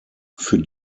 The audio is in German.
für